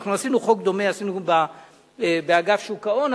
אנחנו עשינו חוק דומה באגף שוק ההון,